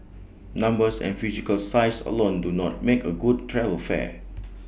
numbers and physical size alone do not make A good travel fair